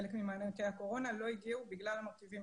חלק ממענקי הקורונה לא הגיעה בגלל המרכיבים